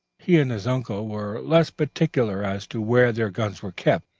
he and his uncle were less particular as to where their guns were kept,